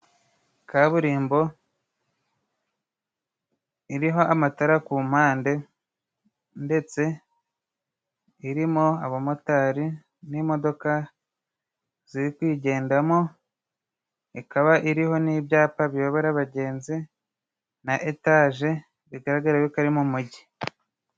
Kaburimbo iriho amatara ku mpande, ndetse irimo abamotari n'imodoka ziri kuyigendamo, ikaba iriho n'ibyapa biyobora abagenzi na etaje. Bigaragara ko ari mu mujyi.